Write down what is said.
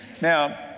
Now